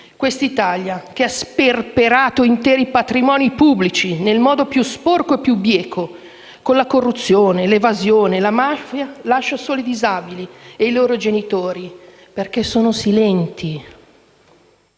Questa Italia che ha sperperato interi patrimoni pubblici nel modo più sporco e più bieco con la corruzione, l'evasione, la mafia, lascia soli i disabili e i loro genitori perché sono silenti.